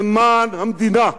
למען המדינה.